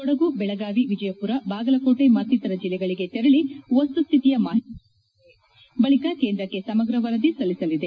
ಕೊಡಗು ಬೆಳಗಾವಿ ವಿಜಯಪುರ ಬಾಗಲಕೋಟೆ ಮತ್ತಿತರ ಜಿಲ್ಲೆಗಳಿಗೆ ತೆರಳಿ ವಸ್ತುಸ್ದಿತಿಯ ಮಾಹಿತಿ ಸಂಗ್ರಹಿಸಲಿದೆ ಬಳಿಕ ಕೇಂದ್ರಕ್ಕೆ ಸಮಗ್ರ ವರದಿ ಸಲ್ಲಿಸಲಿದೆ